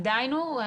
עדיין הוא?